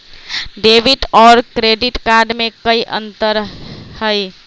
Debit और credit card में कई अंतर हई?